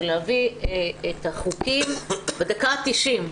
של הבאה של החוקים בדקה ה-90.